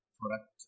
product